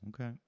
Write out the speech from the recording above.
Okay